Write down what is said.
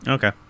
Okay